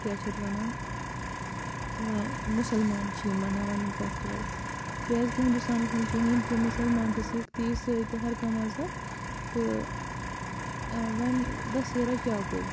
کیٛاہ چھِ اَتھ وَنان ٲں مُسلمان چھِ یِم مَناوان یِم فیٚسٹِول کیٛازِکہِ ہنٛدوستانَس منٛز چھِ ہیٚنٛدۍ تہِ مُسلمان تہِ سِکھ تہِ عیٖسٲے تہِ ہر کانٛہہ مَذہب تہٕ ٲں وۅنۍ دَسیرا کیٛاہ گوٚو